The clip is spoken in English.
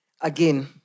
Again